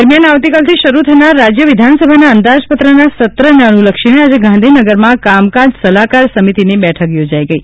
દરમિયાન આવતીકાલથી શરૂ થનારા રાજ્ય વિધાનસભાના અંદાજપત્રના સત્રને અન્લલક્ષીને આજે ગાંધીનગરમાં કામકાજ સલાહકાર સમિતિની બેઠક યોજાઇ ગઇ